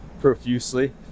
profusely